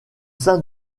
sein